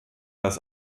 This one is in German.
das